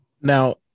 Now